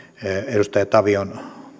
edustaja tavion